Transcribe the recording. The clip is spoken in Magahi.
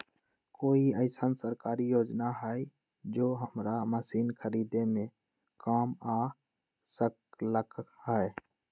कोइ अईसन सरकारी योजना हई जे हमरा मशीन खरीदे में काम आ सकलक ह?